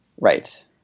Right